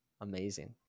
Amazing